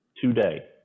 today